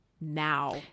now